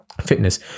fitness